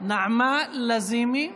נעמה לזימי.